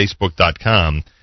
facebook.com